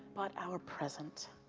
but our present.